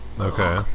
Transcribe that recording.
Okay